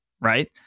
right